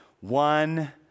one